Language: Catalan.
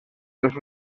els